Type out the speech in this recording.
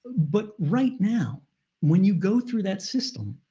but right now when you go through that system,